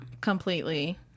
completely